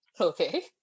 Okay